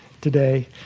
today